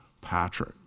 Patrick